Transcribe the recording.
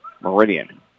Meridian